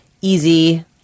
easy